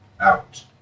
out